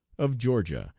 of georgia,